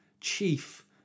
Chief